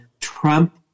Trump